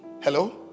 Hello